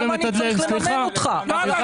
אף אחד